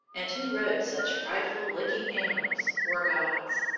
and who rode such frightful-looking animals, were gods.